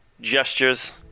gestures